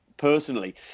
Personally